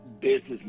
business